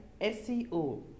SEO